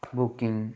booking